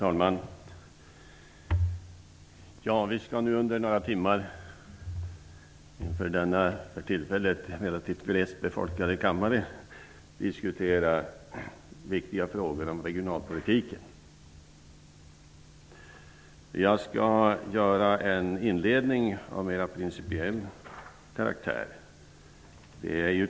Fru talman! Vi skall under några timmar inför denna för tillfället relativt glest befolkade kammare diskutera viktiga frågor om regionalpolitiken. Jag skall göra en inledning av mer principiell karaktär.